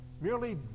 Merely